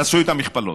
תעשו את המכפלות.